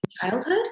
childhood